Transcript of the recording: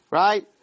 right